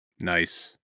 Nice